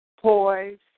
poise